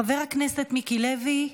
חבר הכנסת מיקי לוי,